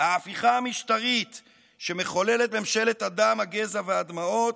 ההפיכה המשטרית שמחוללת ממשלת הדם, הגזע והדמעות